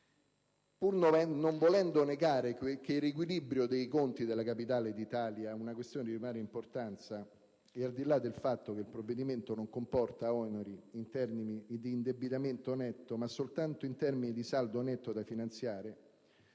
Pur non volendo negare che il riequilibrio dei conti della Capitale d'Italia è una questione di primaria importanza e, al di là del fatto che il provvedimento non comporta oneri in termini di indebitamento netto ma soltanto di saldo netto da finanziare,